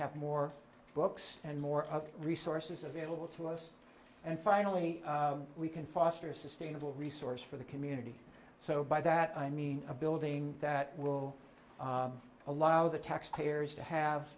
have more books and more resources available to us and finally we can foster a sustainable resource for the community so by that i mean a building that will allow the taxpayers to have